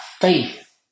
faith